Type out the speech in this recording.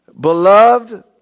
beloved